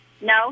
No